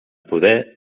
poder